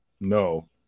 No